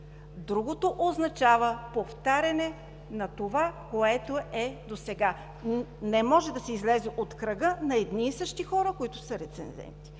Другото означава повтаряне на това, което е досега. Не може да се излезе от кръга на едни и същи хора, които са рецензенти,